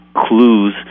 clues